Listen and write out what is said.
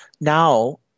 now